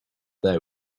there